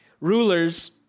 Rulers